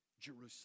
Jerusalem